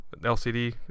LCD